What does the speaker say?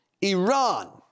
Iran